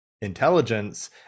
intelligence